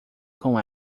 com